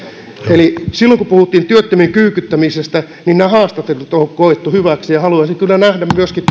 kun puhuttiin työttömien kyykyttämisestä niin nämä haastattelut on koettu hyväksi haluaisin kyllä nähdä myöskin